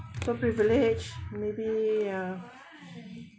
some privilege maybe ya